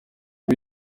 ubu